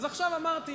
אז עכשיו אמרתי,